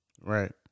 right